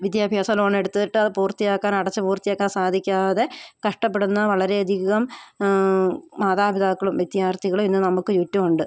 വിദ്യാഭ്യാസ ലോണെട്ത്തിട്ടത് പൂർത്തിയാക്കാൻ അടച്ച് പൂർത്തിയാക്കാൻ സാധിക്കാതെ കഷ്ടപ്പെടുന്ന വളരെ അധികം മാതാപിതാക്കളും വിദ്യാർത്ഥികളും ഇന്ന് നമുക്ക് ചുറ്റും ഉണ്ട്